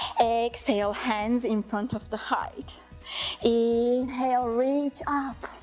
exhale, hands in front of the heart inhale, reach up,